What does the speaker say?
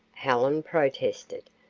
helen protested.